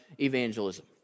evangelism